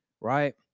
right